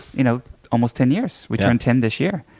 you know almost ten years we turn ten this year.